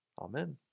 Amen